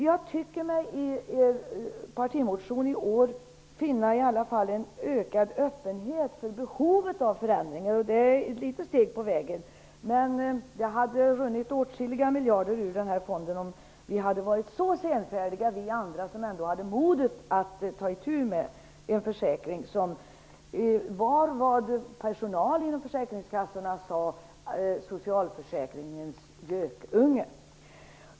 Jag tycker mig i partimotionen i år finna en ökad öppenhet för behovet av förändringar. Det är ett litet steg på vägen. Men det hade runnit åtskilligt fler miljarder ur fonden om vi hade varit lika senfärdiga vi andra som ändå hade modet att ta itu med en försäkring som av personalen inom försäkringskassorna betecknades som försäkringarnas gökunge.